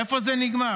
איפה זה נגמר?